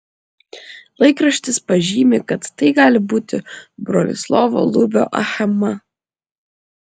laikraštis pažymi kad tai gali būti bronislovo lubio achema